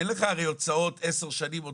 אין לך הרי הוצאות עודפות של עשר שנים על